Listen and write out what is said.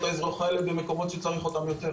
האזרוח האלה במקומות שצריך אותם יותר.